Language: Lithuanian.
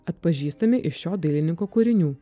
atpažįstami iš šio dailininko kūrinių